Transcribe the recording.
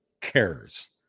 cares